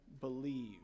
believe